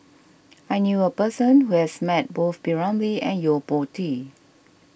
I knew a person who has met both P Ramlee and Yo Po Tee